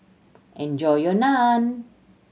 enjoy your Naan